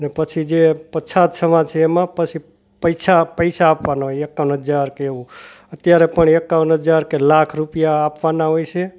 ને પછી જે પછાત સમાજ છે એમાં પછી પૈસા પૈસા આપવાના હોય એકાવન હજાર કે એવું અત્યારે પણ એકાવન હજાર કે લાખ રૂપિયા આપવાના હોય છે